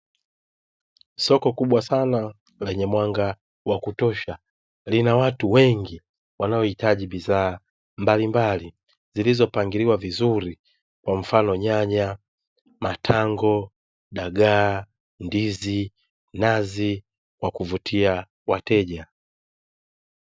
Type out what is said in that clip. Soko kubwa sana lenye mwanga wa kutosha lina watu wengi wanaohitaji bidhaa mbalimbali zilizopangiliwa vizuri, kwa mfano: nyanya, matango, dagaa, ndizi, nazi kwa kuvutia wateja.